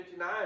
59